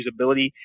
usability